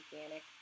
organic